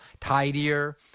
tidier